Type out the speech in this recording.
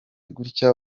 gutya